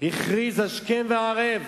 הכריז השכם והערב: